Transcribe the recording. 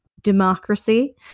democracy